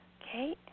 Okay